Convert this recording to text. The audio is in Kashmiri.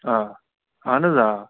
آ اَہن حظ آ